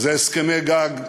זה הסכמי גג,